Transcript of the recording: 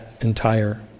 entire